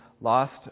lost